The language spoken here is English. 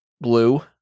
blue